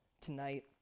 tonight